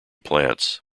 plants